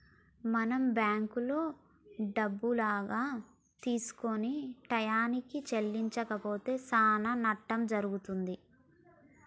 మనం బ్యాంకులో డబ్బులుగా తీసుకొని టయానికి చెల్లించకపోతే చానా నట్టం జరుగుతుంది